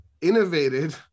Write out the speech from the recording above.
innovated